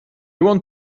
want